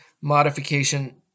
modification